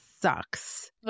sucks